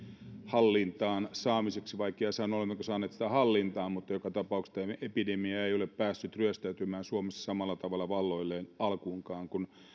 hallintaan saamiseksi vaikea sanoa olemmeko saaneet sitä hallintaan mutta joka tapauksessa tämä epidemia ei ole päässyt ryöstäytymään suomessa samalla tavalla valloilleen alkuunkaan kuin